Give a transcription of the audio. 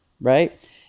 right